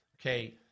Okay